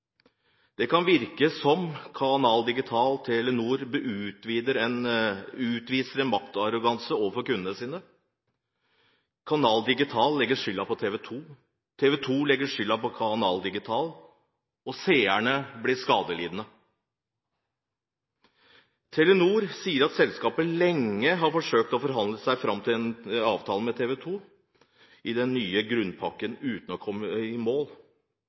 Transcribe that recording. Det kan virke som om Canal Digital og Telenor utviser en maktarroganse overfor kundene sine. Canal Digital legger skylden på TV 2, TV 2 legger skylden på Canal Digital, og seerne blir skadelidende. Telenor sier at selskapet lenge har forsøkt å forhandle seg fram til en avtale med TV 2 om den nye grunnpakken, uten å komme